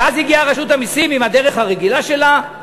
ואז הגיעה רשות המסים עם הדרך הרגילה שלה,